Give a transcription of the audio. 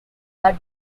but